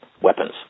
weapons